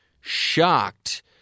shocked